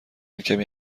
کمی